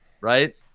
right